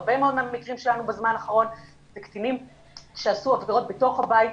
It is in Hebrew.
הרבה מאוד מהמקרים שלנו בזמן האחרון זה קטינים שעשו עבירות בתוך הבית.